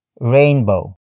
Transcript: rainbow